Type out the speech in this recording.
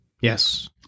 Yes